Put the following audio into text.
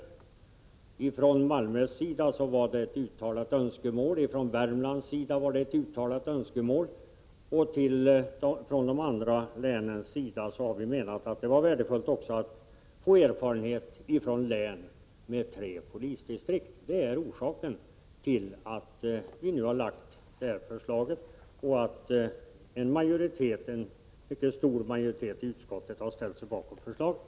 Från Malmös sida fanns det ett uttalat önskemål, från Värmlands sida likaså, och när det gäller de andra länen har vi menat att det vore värdefullt att få erfarenhet också från län med tre polisdistrikt. Det är orsaken till att vi nu har lagt fram detta förslag och att en mycket stor majoritet i utskottet har ställt sig bakom det.